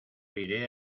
iré